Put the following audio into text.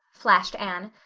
flashed anne.